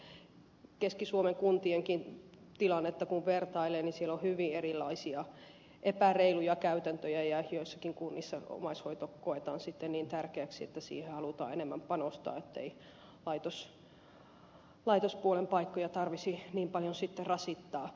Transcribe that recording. kun keski suomenkin kuntien tilannetta vertailee niin siellä on hyvin erilaisia epäreiluja käytäntöjä ja joissakin kunnissa omaishoito koetaan sitten niin tärkeäksi että siihen halutaan enemmän panostaa ettei laitospuolen paikkoja tarvitsisi niin paljon sitten rasittaa